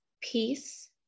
peace